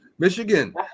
Michigan